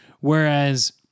whereas